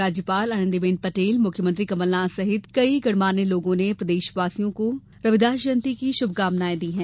राज्यपाल आनंदीबेन पटेल मुख्यमंत्री कमलनाथ सहित कई गणमान्य लोगों ने प्रदेशवासियों को रविदास जयंती की शुभकामनाएं दी हैं